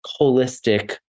holistic